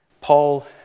Paul